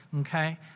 Okay